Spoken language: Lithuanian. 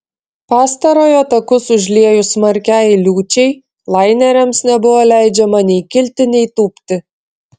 pastarojo takus užliejus smarkiai liūčiai laineriams nebuvo leidžiama nei kilti nei tūpti